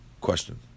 question